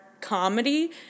comedy